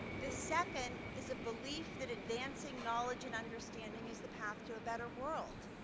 the second is a belief that advancing knowledge and understanding is the path to a better world.